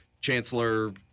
Chancellor